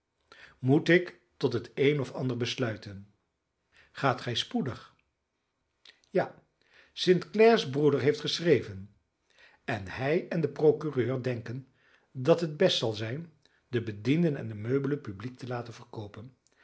moet ik tot het een of ander besluiten gaat gij spoedig ja st clare's broeder heeft geschreven en hij en de procureur denken dat het best zal zijn de bedienden en de meubelen publiek te laten verkoopen